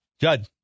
Judd